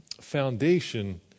foundation